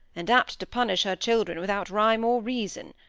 and apt to punish her children without rhyme or reason.